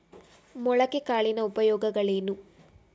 ಮೊಳಕೆ ಕಾಳಿನ ಉಪಯೋಗಗಳೇನು?